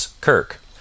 Kirk